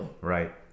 Right